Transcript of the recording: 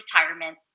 retirement